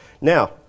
Now